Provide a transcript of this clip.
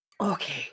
okay